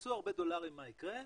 כשייכנסו הרבה דולרים מה יקרה?